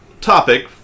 topic